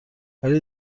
ولی